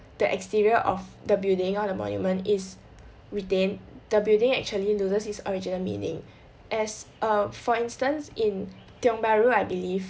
the exterior of the building on the monument is retained the building actually loses its original meaning as err for instance in tiong bahru I believe